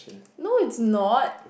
no it's not